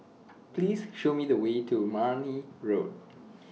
Please Show Me The Way to Marne Road